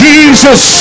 Jesus